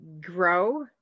grow